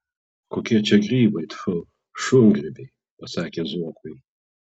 kokie čia grybai tfu šungrybiai pasakė zuokui